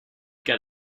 get